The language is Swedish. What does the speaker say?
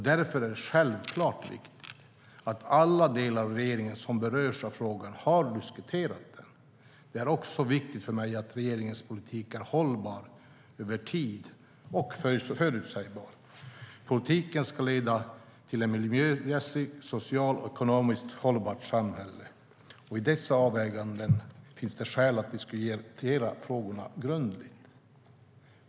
Därför är det självklart att alla delar av regeringen som berörs av frågan har diskuterat den. Det är också viktigt för mig att regeringens politik är hållbar över tid och förutsägbar. Politiken ska leda till ett miljömässigt, socialt och ekonomiskt hållbart samhälle. I dessa avväganden finns det skäl att diskutera frågorna grundligt.